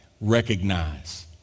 Recognize